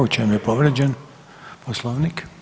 U čemu je povrijeđen Poslovnik?